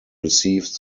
received